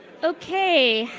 okay.